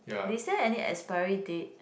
is there any expiry date